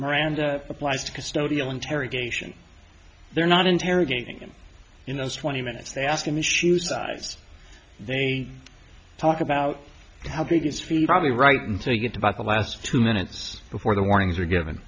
miranda applies to custodial interrogation they're not interrogating you know twenty minutes they ask him a shoe size they talk about how big his feet probably right until you get about the last two minutes before the warnings are given